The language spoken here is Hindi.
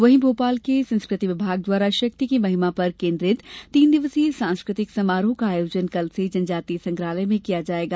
वहीं भोपाल के संस्कृति विभाग द्वारा शक्ति की महिमा पर केन्द्रित तीन दिवसीय सांस्कृतिक समारोह का आयोजन कल से जनजातीय संग्रहालय में किया जायेगा